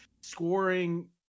scoring